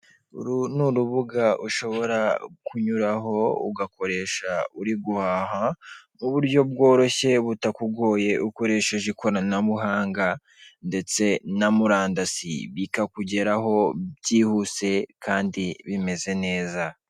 Uru ni urubuga ushobora kunyuraho ugakoresha uri guhaha, buryo bworoshye butakugoye ukoresheje ikoranabuhanga ndetse na murandasi, bikakugeraho byihuse kandi bimeze neza.